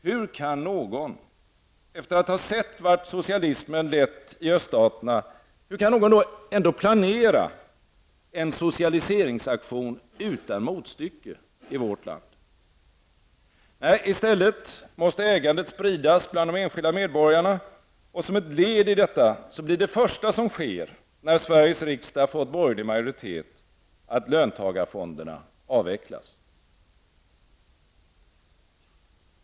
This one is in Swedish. Hur kan någon, efter att ha sett vart socialismen har lett i öststaterna, ändå planera en socialiseringsaktion utan motstycke i vårt land? I stället måste ägandet spridas bland de enskilda medborgarna. Som ett led i detta blir det första som sker, när Sveriges riksdag fått borgerlig majoritet, att löntagarfonderna avvecklas.